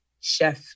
Chef